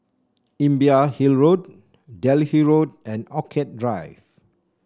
Imbiah Hill Road Delhi Road and Orchid Drive